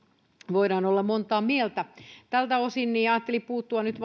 voidaan olla montaa mieltä tältä osin ajattelin puuttua nyt